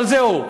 אבל זהו,